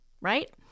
right